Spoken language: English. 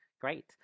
great